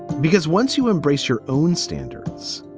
because once you embrace your own standards,